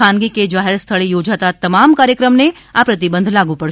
ખાનગી કે જાહેર સ્થળે યોજાતા તમામ કાર્યક્રમને આ પ્રતિબંધ લાગુ પડશે